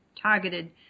targeted